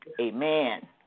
amen